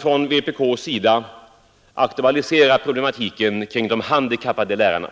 Från vpk:s sida har man aktualiserat problematiken kring de handikappade lärarna.